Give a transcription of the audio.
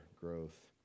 growth